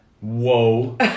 Whoa